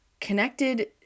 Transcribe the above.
connected